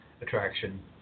attraction